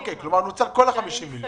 אוקיי, כלומר, נוצלו כל ה-50 מיליון.